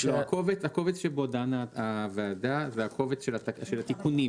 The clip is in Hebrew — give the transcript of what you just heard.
הקובץ שבו דנה הוועדה זה הקובץ של התיקונים,